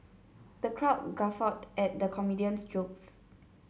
the crowd guffawed at the comedian's jokes